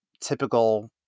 typical